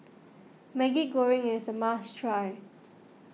Maggi Goreng is a must try